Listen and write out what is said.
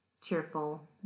cheerful